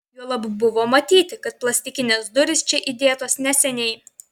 juolab buvo matyti kad plastikinės durys čia įdėtos neseniai